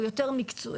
הוא יותר מקצועי,